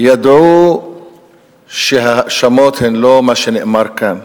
ידעו שההאשמות הן לא מה שנאמר כאן.